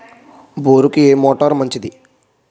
బోరుకి ఏ మోటారు మంచిది?